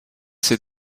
ses